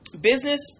business